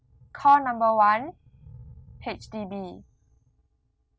call number one H_D_B